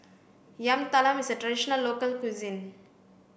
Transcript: yam talam is a traditional local cuisine